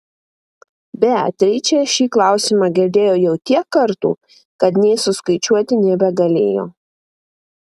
beatričė šį klausimą girdėjo jau tiek kartų kad nė suskaičiuoti nebegalėjo